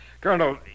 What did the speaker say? Colonel